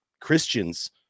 Christians